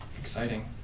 exciting